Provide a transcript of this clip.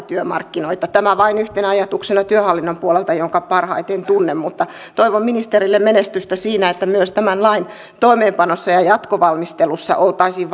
työmarkkinoita tämä vain yhtenä ajatuksena työhallinnon puolelta jonka parhaiten tunnen toivon ministerille menestystä siinä että myös tämän lain toimeenpanossa ja ja jatkovalmistelussa oltaisiin